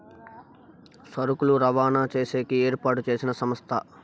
సరుకులు రవాణా చేసేకి ఏర్పాటు చేసిన సంస్థ